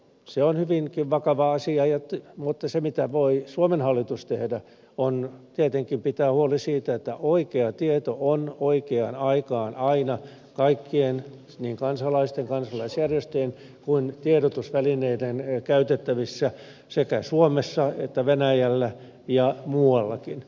se on hyvinkin vakava asia mutta se mitä suomen hallitus voi tehdä on tietenkin pitää huoli siitä että oikea tieto on oikeaan aikaan aina kaikkien niin kansalaisten kansalaisjärjestöjen kuin tiedotusvälineiden käytettävissä sekä suomessa että venäjällä ja muuallakin